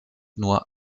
nur